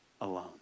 alone